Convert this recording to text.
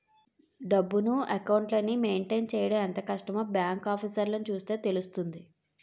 డబ్బును, అకౌంట్లని మెయింటైన్ చెయ్యడం ఎంత కష్టమో బాంకు ఆఫీసర్లని చూస్తే తెలుస్తుంది